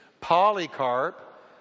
Polycarp